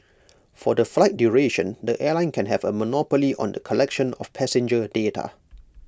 for the flight duration the airline can have A monopoly on the collection of passenger data